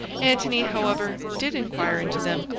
antony, however, did inquire into them,